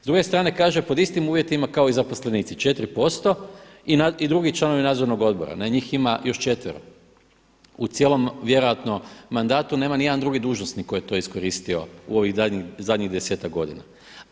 S druge strane kaže pod istim uvjetima kao zaposlenici 4% i drugi članovi nadzornog odbora, na njih ima još četvero u cijelom vjerojatno mandatu nema nijedan drugi dužnosnik koji je to iskoristio u ovih zadnjih desetak godina.